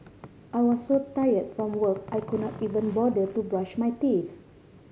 I was so tired from work I could not even bother to brush my teeth